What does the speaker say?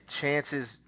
chances